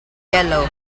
yellow